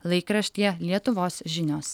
laikraštyje lietuvos žinios